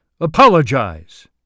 Apologize